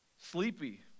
sleepy